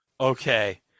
Okay